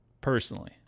personally